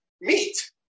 meat